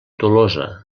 tolosa